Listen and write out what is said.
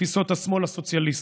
לתפיסות השמאל הסוציאליסטי.